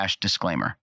disclaimer